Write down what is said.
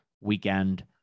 weekend